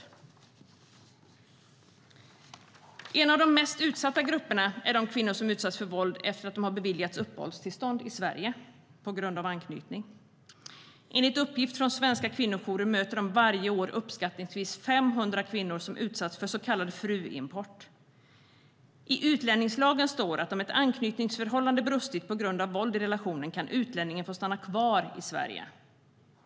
I utlänningslagen står att om ett anknytningsförhållande brustit på grund av våld i relationen kan utlänningen få stanna kvar i Sverige.